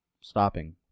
stopping